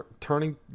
turning